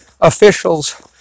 officials